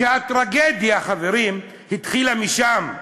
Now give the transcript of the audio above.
והטרגדיה התחילה משם,